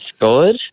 good